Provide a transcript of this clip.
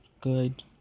good